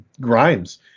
Grimes